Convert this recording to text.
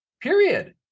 period